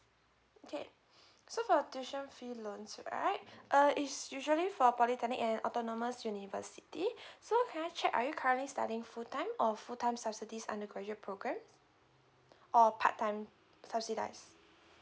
okay so for the tuition fee loans right uh is usually for polytechnic and autonomous university so can I check are you currently studying full time of full time subsidies undergraduate program or part time subsidies